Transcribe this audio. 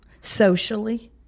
socially